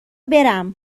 برم